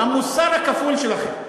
המוסר הכפול שלכם,